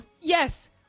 Yes